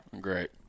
Great